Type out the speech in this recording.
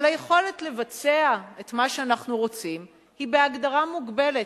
אבל היכולת לבצע את מה שאנחנו רוצים היא בהגדרה מוגבלת,